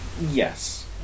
yes